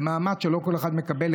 זה מעמד שלא כל אחד מקבל.